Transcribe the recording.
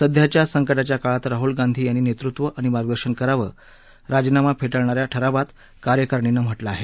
सध्याच्या संकटाच्या काळात राहूल गांधी यांनी नेतृत्व आणि मार्गदर्शन करावं असं राजीनामा फेटाळणाऱ्या ठरावात कार्यकारिणीनं म्हटलं आहे